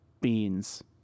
beans